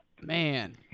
Man